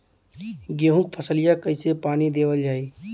गेहूँक फसलिया कईसे पानी देवल जाई?